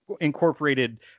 incorporated